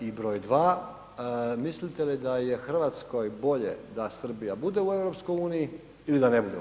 I broj dva, mislite li da je Hrvatskoj bolje da Srbija bude u EU ili da ne bude u EU?